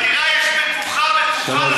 בדירה יש בטוחה בטוחה לחלוטין.